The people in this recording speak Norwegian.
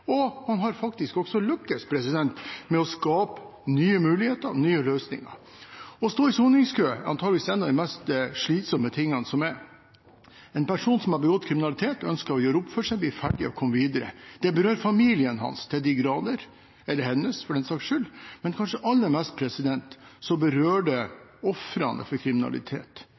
og man har faktisk også lyktes med å skape nye muligheter, nye løsninger. Å stå i soningskø er antakeligvis en av de mest slitsomme tingene som er. En person som har begått kriminalitet, ønsker å gjøre opp for seg, bli ferdig og å komme videre. Det berører familien hans – eller hennes for den saks skyld – til de grader, men kanskje aller mest berører det ofrene for kriminalitet.